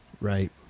Right